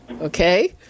Okay